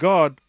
God